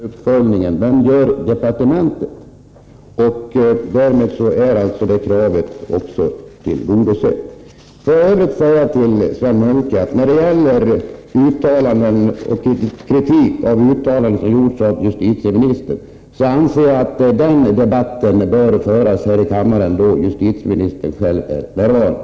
Herr talman! Jag vill säga till Gunilla André att en sådan kompletterande uppföljning görs av departementet. Därmed är också det kravet tillgodosett. Jag vill till Sven Munke säga att jag anser att debatten här i kammaren om uttalanden och kritik av uttalanden gjorda av justitieministern bör föras då justitieministern själv är närvarande.